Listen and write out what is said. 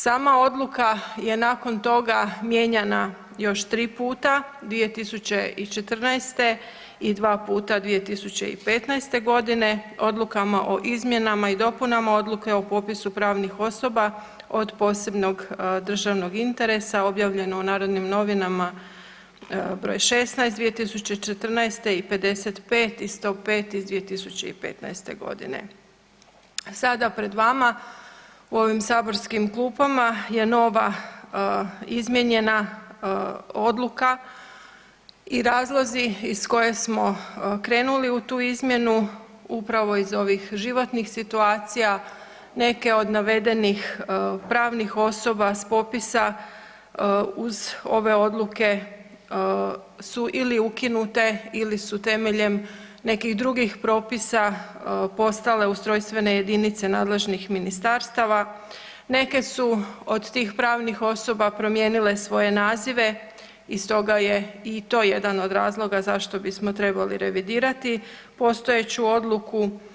Sama odluka je nakon toga mijenjana još 3 puta, 2014. i dva puta 2015.g. odlukama o izmjenama i dopunama odluke o popisu pravnih osoba od posebnog državnog interesa objavljeno u Narodnim novinama br. 16/2014 i 55/2015 i 105/2015.g. Sada pred vama u ovim saborskim klupama je nova izmijenjena odluka i razlozi iz koje smo krenuli u tu izmjenu upravo iz ovih životnih situacija neke od navedenih pravnih osoba s popisa uz ove odluke su ili ukinute ili su temeljem nekih drugih propisa postale ustrojstvene jedinice nadležnih ministarstava, neke su od tih pravnih osoba promijenile svoje nazive i stoga je i to jedan od razloga zašto bismo trebali revidirati postojeću odluku.